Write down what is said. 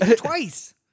twice